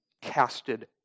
casted